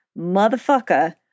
motherfucker